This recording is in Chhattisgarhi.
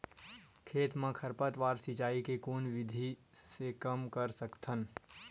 खेत म खरपतवार सिंचाई के कोन विधि से कम कर सकथन?